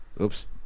Oops